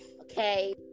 okay